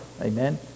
Amen